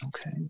Okay